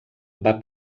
van